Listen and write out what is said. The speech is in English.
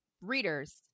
readers